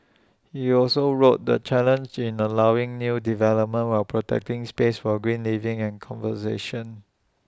he also wrote the challenge in allowing new development while protecting space for green living and conversation